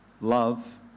love